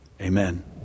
Amen